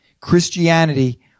Christianity